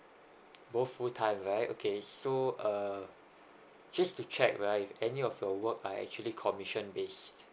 both full time right okay so uh just to check right if any of your work are actually commission based